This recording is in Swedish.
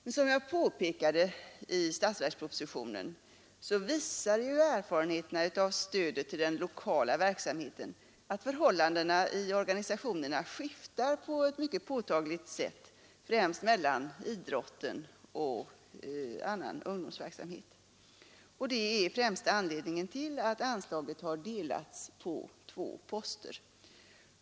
Men som jag påpekade i statsverkspropositionen visar erfarenheterna av stödet till den lokala verksamheten att förhållandena i organisationerna skiftar på ett mycket påtagligt sätt, främst mellan idrott och annan ungdomsverksamhet, och det är främsta anledningen till att anslaget har delats upp på två poster.